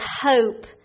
hope